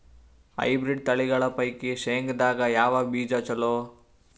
Hybrid ತಳಿಗಳ ಪೈಕಿ ಶೇಂಗದಾಗ ಯಾವ ಬೀಜ ಚಲೋ?